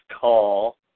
call